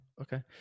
okay